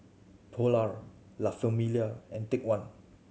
Polar La Famiglia and Take One